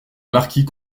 marquis